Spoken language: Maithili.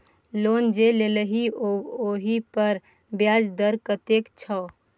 लोन जे लेलही ओहिपर ब्याज दर कतेक छौ